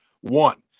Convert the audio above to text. one